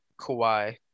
Kawhi